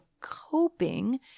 coping